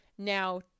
now